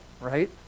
right